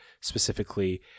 specifically